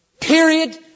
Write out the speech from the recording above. Period